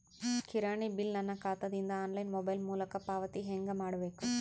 ಕಿರಾಣಿ ಬಿಲ್ ನನ್ನ ಖಾತಾ ದಿಂದ ಆನ್ಲೈನ್ ಮೊಬೈಲ್ ಮೊಲಕ ಪಾವತಿ ಹೆಂಗ್ ಮಾಡಬೇಕು?